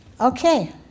Okay